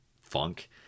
funk